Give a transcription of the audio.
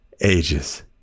ages